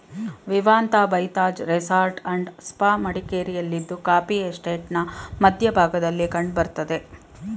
Vivanta by Taj resort and spa ಮಡಿಕೇರಿಯಲ್ಲಿದ್ದು coffee ಎಸ್ಟೇಟ್ನ ಮಧ್ಯ ಭಾಗದಲ್ಲಿ ಕಂಡ್ ಬರ್ತದೆ